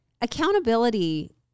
accountability